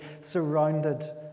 surrounded